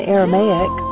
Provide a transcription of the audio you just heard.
Aramaic